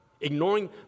ignoring